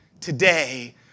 today